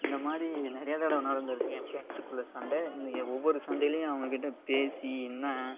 இந்த மாதிரி நிறைய தடவை நடந்துருக்கு என் ஃபிரெண்ட்ஸ்குள்ள சண்டை ஒவ்வொரு சண்டையிலேயும் அவங்ககிட்டே பேசி என்ன